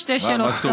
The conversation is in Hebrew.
שתי שאלות,